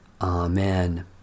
Amen